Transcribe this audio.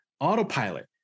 autopilot